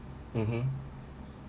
mmhmm